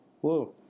Whoa